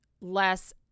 Less